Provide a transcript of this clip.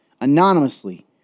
anonymously